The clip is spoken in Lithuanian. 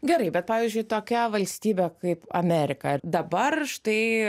gerai bet pavyzdžiui tokia valstybė kaip amerika dabar štai